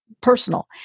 personal